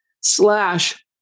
slash